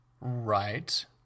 Right